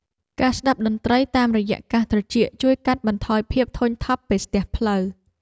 ការស្ដាប់តន្ត្រីតាមរយៈកាសត្រចៀកជួយកាត់បន្ថយភាពធុញថប់ពេលស្ទះផ្លូវ។